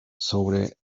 sobre